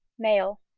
male.